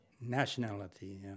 nationality